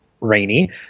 rainy